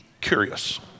curious